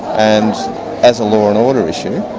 and as a law and order issue,